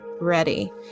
ready